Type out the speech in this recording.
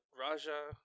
Raja